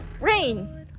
Rain